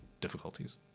difficulties